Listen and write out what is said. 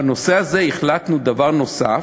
בנושא הזה החלטנו דבר נוסף,